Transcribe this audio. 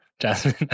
Jasmine